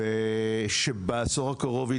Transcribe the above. שבעשור הקרוב,